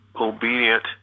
obedient